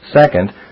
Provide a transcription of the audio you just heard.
Second